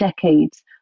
decades